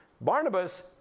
Barnabas